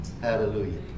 Hallelujah